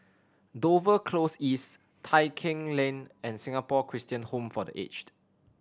Dover Close East Tai Keng Lane and Singapore Christian Home for The Aged